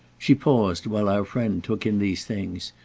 she paused while our friend took in these things,